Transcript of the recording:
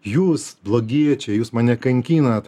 jūs blogiečiai jūs mane kankinate